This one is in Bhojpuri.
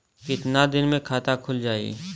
कितना दिन मे खाता खुल जाई?